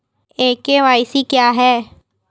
ई KYC क्या है?